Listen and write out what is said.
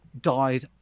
Died